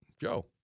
Joe